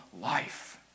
life